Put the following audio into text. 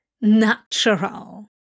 Natural